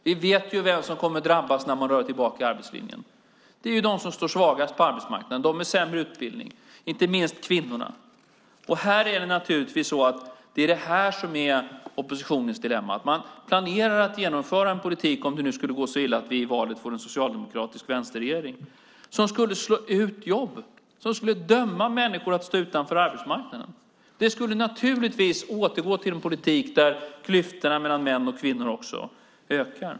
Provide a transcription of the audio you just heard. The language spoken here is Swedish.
Vi vet vem som kommer att drabbas när man drar tillbaka arbetslinjen. Det är de som står svagast på arbetsmarknaden och de med sämre utbildning, inte minst kvinnorna. Det är naturligtvis detta som är oppositionens dilemma. Man planerar att genomföra en politik - om det nu skulle gå så illa att vi i valet får en socialdemokratisk vänsterregering - som skulle slå ut jobb. Den skulle döma människor att stå utanför arbetsmarknaden. Man skulle återgå till en politik där klyftorna mellan män och kvinnor ökar.